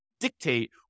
dictate